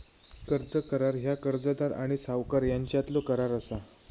कर्ज करार ह्या कर्जदार आणि सावकार यांच्यातलो करार असा